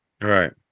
Right